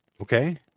Okay